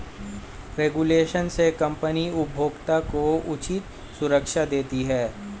regulation से company उपभोक्ता को उचित सुरक्षा देती है